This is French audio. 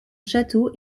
château